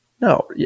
no